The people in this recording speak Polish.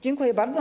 Dziękuję bardzo.